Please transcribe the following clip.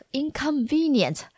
inconvenient